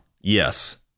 yes